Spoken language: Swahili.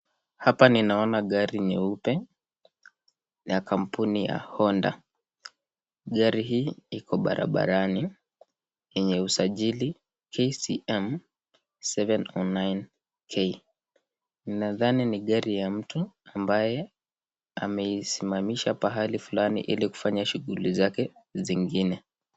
Hapa ninaona gari nyeupe niya kampuni ya Honda. Gari hii iko barabarani yenye usajili KCM 709K. Ninadhani ni gari ya mtu ambae ameisimamisha pahali fulani ili kufanya shughuli zake zingine.